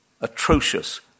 atrocious